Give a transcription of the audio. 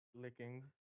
Licking